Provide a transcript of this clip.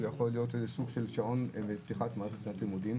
יכול להיות סוג של שעון לפתיחת מערכת לימודים.